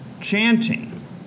chanting